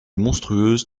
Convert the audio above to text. monstrueuse